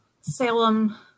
Salem